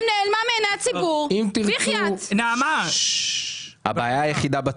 מיד אחרי שחוות הדעת הוצגה לי,